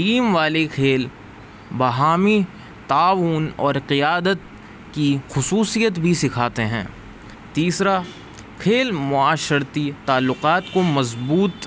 team والے کھیل بہامی تعاون اور قیادت کی خصوصیت بھی سکھاتے ہیں تیسرا کھیل معاشرتی تعلقات کو مضبوط